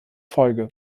folge